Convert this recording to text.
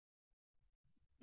విద్యార్థి